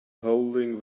holding